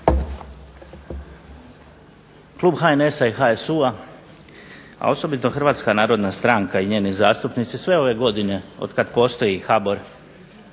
Klub HNS-a i HSU-a, a osobito Hrvatska narodna stranka i njeni zastupnici sve ove godine otkad postoji HBOR